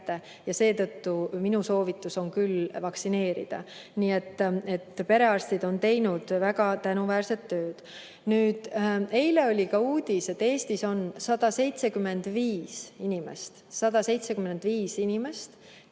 ja seetõttu minu soovitus on küll vaktsineerida. Nii et perearstid on teinud väga tänuväärset tööd. Eile oli ka uudis, et Eestis on 175 inimest – 175 inimest!